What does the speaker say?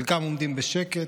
חלקם עומדים בשקט,